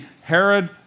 Herod